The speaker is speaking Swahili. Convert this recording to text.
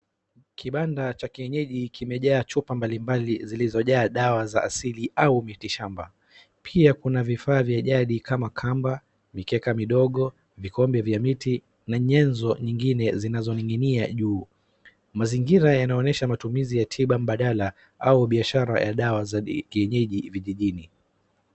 Kibanda cha kienyeji kimeja chupa mbalimbali zilizo jaa dawa za asili au miti shamba. Pia kuna vifaa vya jadi kama kamba, mikeka midogo, vikombe vya miti, na nyenzo nyingine zinazo ninginia juu. Mazingira yanaonyesha matumiza ya tiba mbadala au biashara ya dawa za kienyeji vijijini.